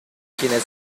quienes